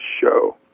show